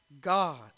God